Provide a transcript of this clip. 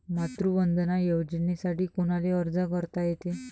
मातृवंदना योजनेसाठी कोनाले अर्ज करता येते?